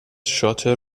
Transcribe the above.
شاطر